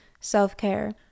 self-care